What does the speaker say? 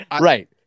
Right